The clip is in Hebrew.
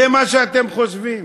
זה מה שאתם חושבים.